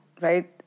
right